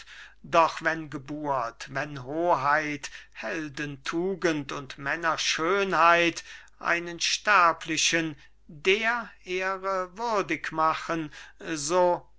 doch wenn geburt wenn hoheit heldentugend und männerschönheit einen sterblichen der ehre würdig machen